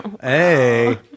Hey